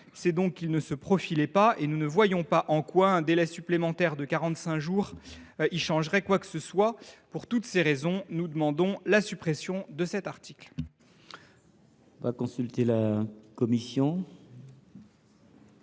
c’est qu’il ne se profilait pas, et nous ne voyons pas en quoi un délai supplémentaire de 45 jours y changerait quoi que ce soit. Pour toutes ces raisons, nous demandons la suppression de cet article. Quel est l’avis de la commission